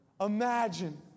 imagine